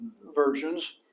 versions